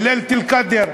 זה לילת אל-קאדר,